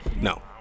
No